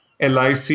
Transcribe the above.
LIC